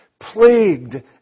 plagued